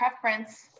preference